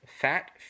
fat